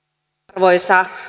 arvoisa